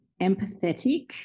empathetic